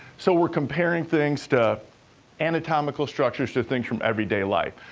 so, we're comparing things to anatomical structures to things from everyday life.